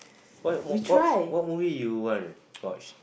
what what what movie you want watch